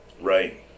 Right